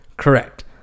Correct